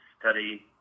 study